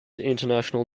international